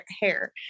hair